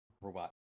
robot